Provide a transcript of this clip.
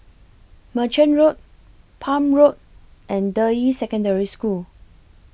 Merchant Road Palm Road and Deyi Secondary School